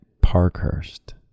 parkhurst